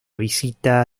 visita